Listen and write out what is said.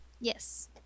Yes